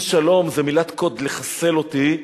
אם "שלום" זה מלת קוד לחסל אותי,